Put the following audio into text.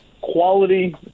Quality